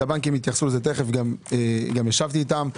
הבנקים יתייחסו לזה תכף, גם ישבתי איתם.